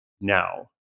now